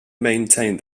maintained